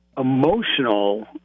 emotional